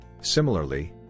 Similarly